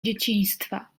dzieciństwa